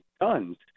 guns